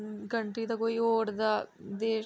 country दा कोई होर दा देश